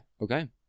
Okay